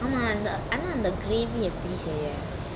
ஆனா அந்த:ana antha grave எப்பிடி செய்றது:epidi seirathu